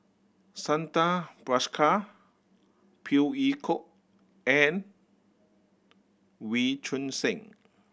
Santha Bhaskar Phey Yew Kok and Wee Choon Seng